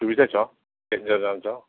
सुविधै छ पेसेन्जर जान्छ